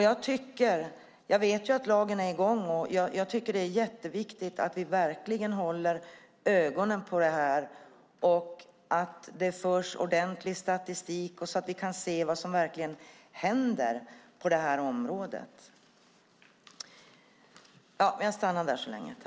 Jag vet att lagen är i gång, och jag tycker att det är jätteviktigt att vi verkligen håller ögonen på detta och att det förs ordentlig statistik så att vi kan se vad som verkligen händer på området.